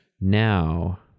now